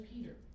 Peter